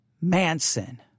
Manson